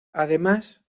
además